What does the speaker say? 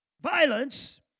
violence